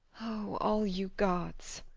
o all you gods!